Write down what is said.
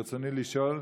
ברצוני לשאול,